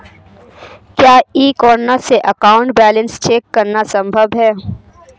क्या e corner से account balance check करना संभव है?